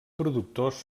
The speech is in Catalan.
productors